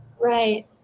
Right